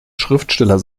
schriftsteller